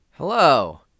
Hello